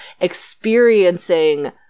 experiencing